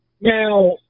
Now